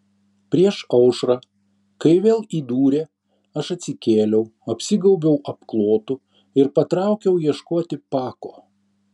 prieš aušrą kai vėl įdūrė aš atsikėliau apsigaubiau apklotu ir patraukiau ieškoti pako